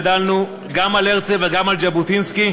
גדלנו גם על הרצל וגם על ז'בוטינסקי,